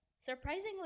Surprisingly